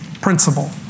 principle